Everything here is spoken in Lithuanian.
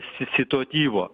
si situatyvo